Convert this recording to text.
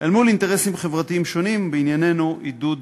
אל מול אינטרסים חברתיים שונים, ובענייננו, עידוד